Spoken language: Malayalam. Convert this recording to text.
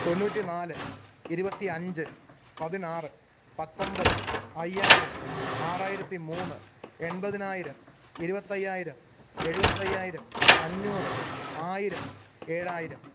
തൊണ്ണൂറ്റി നാല് ഇരുപത്തി അഞ്ച് പതിനാറ് പത്തൊൻപത് അയ്യായിരം ആറായിരത്തി മൂന്ന് എൺപതിനായിരം ഇരുപത്തയ്യായിരം ഏഴുപത്തയ്യായിരം അഞ്ഞൂറ് ആയിരം ഏഴായിരം